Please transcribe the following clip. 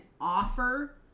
offer